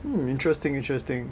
hmm interesting interesting